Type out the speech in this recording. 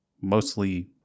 mostly